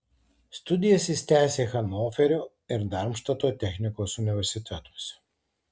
studijas jis tęsė hanoverio ir darmštato technikos universitetuose